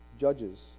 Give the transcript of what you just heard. Judges